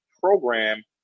program